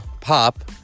Pop